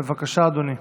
בבקשה, אדוני.